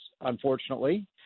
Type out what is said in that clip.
unfortunately